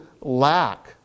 lack